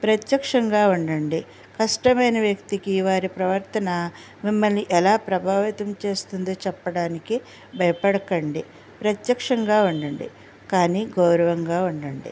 ప్రత్యక్షంగా ఉండండి కష్టమైన వ్యక్తికి వారి ప్రవర్తన మిమ్మల్ని ఎలా ప్రభావితం చేస్తుంది చెప్పడానికి భయపడకండి ప్రత్యక్షంగా ఉండండి కానీ గౌరవంగా ఉండండి